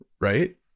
Right